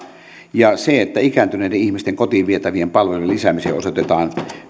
se että ikääntyneiden ihmisten kotiin vietävien palvelujen lisäämiseen osoitetaan